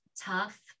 tough